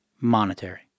monetary